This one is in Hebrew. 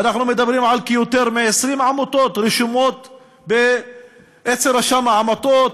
ואנחנו מדברים על יותר מ-20 עמותות רשומות אצל רשם העמותות,